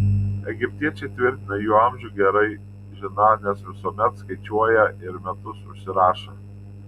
egiptiečiai tvirtina jų amžių gerai žiną nes visuomet skaičiuoją ir metus užsirašą